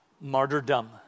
martyrdom